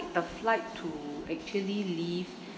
the flight to actually leave